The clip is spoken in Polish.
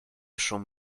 szum